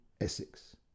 essex